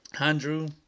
Andrew